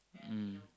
mm